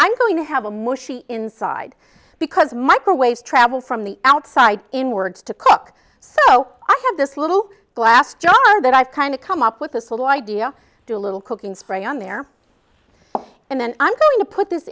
i'm going to have a mushy inside because microwave travel from the outside in words to cook so i have this little glass jar that i've kind of come up with this little idea do a little cooking spray on there and